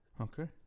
Okay